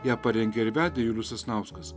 ją parengė ir vedė julius sasnauskas